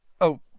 Oh